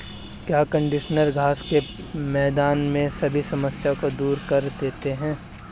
क्या कंडीशनर घास के मैदान में सभी समस्याओं को दूर कर देते हैं?